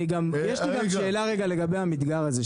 יש לי גם שאלה לגבי המדגר הזה.